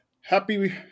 happy